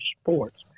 sports